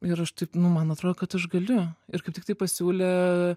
ir aš taip nu man atrodo kad aš galiu ir kaip tik tai pasiūlė